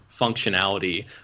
functionality